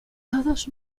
todos